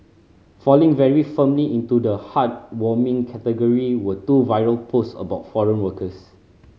falling very firmly into the heartwarming category were two viral posts about foreign workers